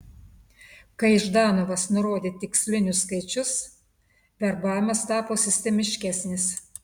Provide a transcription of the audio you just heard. kai ždanovas nurodė tikslinius skaičius verbavimas tapo sistemiškesnis